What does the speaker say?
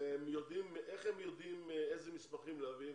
ואיך הם יודעים איזה מסמכים להביא?